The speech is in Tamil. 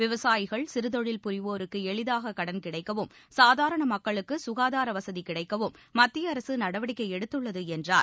விவசாயிகள் சிறுதொழில் புரிவோருக்கு எளிதாக கடன் கிடைக்கவும் சாதாரண மக்களுக்கும் சுகாதார வசதி கிடைக்கவும் மத்திய அரசு நடவடிக்கை எடுத்துள்ளது என்றார்